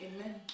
amen